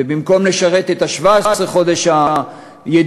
ובמקום לשרת את 17 החודשים הידועים,